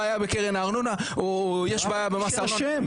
יש בעיה בקרן הארנונה או יש בעיה במס הארנונה,